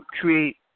create